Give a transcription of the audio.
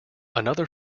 another